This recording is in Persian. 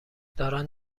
دارن